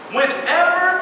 Whenever